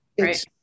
Right